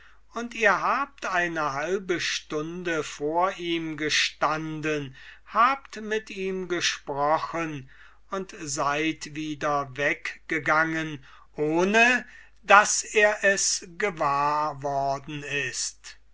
und ihr seid eine halbe stunde vor ihm gestanden habt mit ihm gesprochen und seid wieder weggegangen ohne daß er es gewahr worden ist